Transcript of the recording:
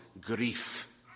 grief